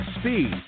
speed